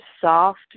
soft